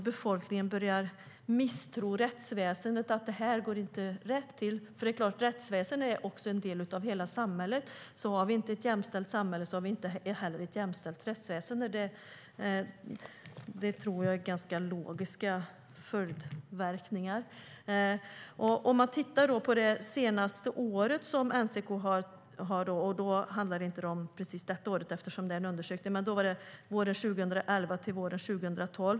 Befolkningen börjar misstro rättsväsendet och anser att hanteringen inte går rätt till. Rättsväsendet är en del av hela samhället. Om vi inte har ett jämställt samhälle har vi inte heller ett jämställt rättsväsen. Det är logiska följdverkningar. Låt oss titta på uppgifter från det senaste år som NCK har undersökt, nämligen våren 2011 till våren 2012.